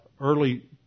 early